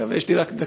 אגב, יש לי רק דקה?